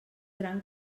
gran